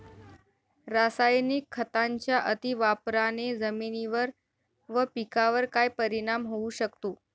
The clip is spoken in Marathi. रासायनिक खतांच्या अतिवापराने जमिनीवर व पिकावर काय परिणाम होऊ शकतो?